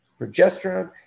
progesterone